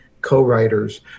co-writers